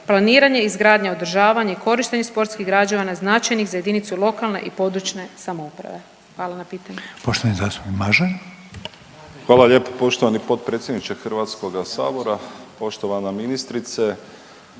planiranje i izgradnja, održavanje i korištenje sportskih građevina naznačenih za jedinicu lokalne i područne samouprave. Hvala na pitanju.